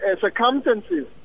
circumstances